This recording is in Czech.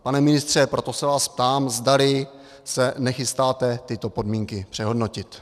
Pane ministře, proto se vás ptám, zdali se nechystáte tyto podmínky přehodnotit.